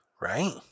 Right